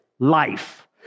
Life